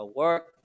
work